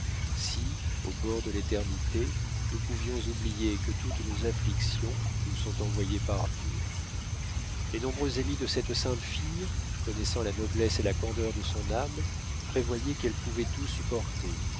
si au bord de l'éternité nous pouvions oublier que toutes nos afflictions nous sont envoyées par dieu les nombreux amis de cette sainte fille connaissant la noblesse et la candeur de son âme prévoyaient qu'elle pouvait tout supporter